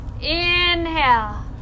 Inhale